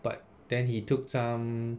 but then he took some